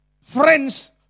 friends